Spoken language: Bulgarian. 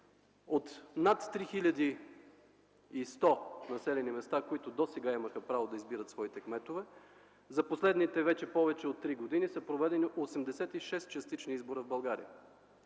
От над 3100 населени места, които досега имаха право да избират своите кметове, за последните вече повече от три години са проведени 86 частични избора в България,